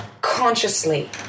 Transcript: consciously